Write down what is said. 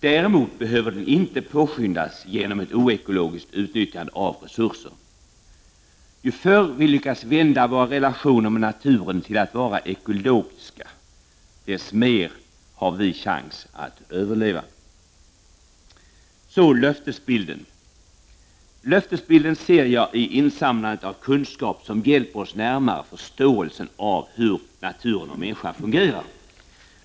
Däremot behöver den inte påskyndas genom ett oekologiskt utnyttjande av resurser. Ju förr vi lyckas vända våra relationer med naturen till att vara ekologiska, dess mer har vi chans att överleva. Löftesbilden ser jag i insamlandet av kunskap som hjälper oss närmare förståelsen av hur naturen och människan fungerar.